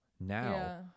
now